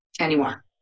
anymore